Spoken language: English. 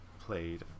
played